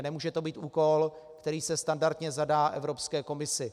Nemůže to být úkol, který se standardně zadá Evropské komisi.